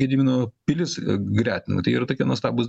gedimino pilis gretina tai yra tokie nuostabūs